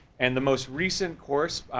and the most recent course,